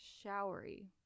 Showery